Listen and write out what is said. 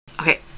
Okay